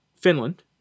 Finland